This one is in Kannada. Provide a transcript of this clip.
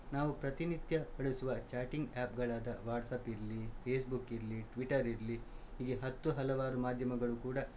ನಾವು ಪ್ರತಿನಿತ್ಯ ಬಳಸುವ ಚಾಟಿಂಗ್ ಆ್ಯಪ್ಗಳಾದ ವಾಟ್ಸ್ಅಪ್ ಇರಲಿ ಫೇಸ್ಬುಕ್ ಇರಲಿ ಟ್ವಿಟರ್ ಇರಲಿ ಹೀಗೆ ಹತ್ತು ಹಲವಾರು ಮಾಧ್ಯಮಗಳು ಕೂಡ